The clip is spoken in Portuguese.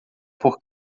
por